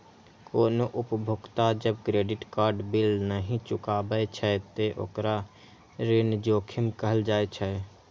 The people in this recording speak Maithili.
कोनो उपभोक्ता जब क्रेडिट कार्ड बिल नहि चुकाबै छै, ते ओकरा ऋण जोखिम कहल जाइ छै